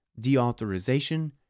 deauthorization